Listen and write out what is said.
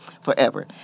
forever